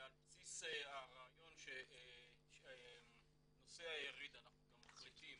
ועל בסיס הרעיון, נושא היריד, אנחנו גם מחליטים